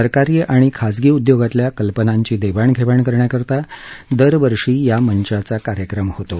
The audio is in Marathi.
सरकारी आणि खासगी उद्योगातल्या कल्पनांची देवाण घेवाण करण्यासाठी दरवर्षी या मंचाचा कार्यक्रम होतो